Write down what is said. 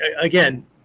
Again